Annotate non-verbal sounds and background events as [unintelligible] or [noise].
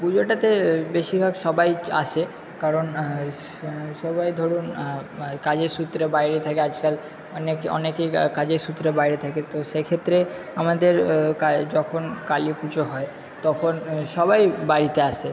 পুজোটাতে বেশিরভাগ সবাই আসে কারণ সবাই ধরো কাজের সূত্রে বাইরে থাকে আজকাল অনেকেই কাজের সূত্রে বাইরে থাকে তো সেক্ষেত্রে আমাদের [unintelligible] যখন কালী পুজো হয় তখন সবাই বাড়িতে আসে